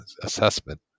assessment